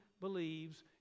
believes